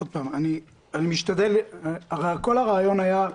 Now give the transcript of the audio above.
עוד פעם, הרי הרעיון היה,